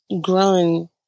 growing